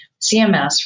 CMS